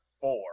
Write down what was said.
four